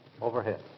overhead